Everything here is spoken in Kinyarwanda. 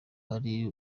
hari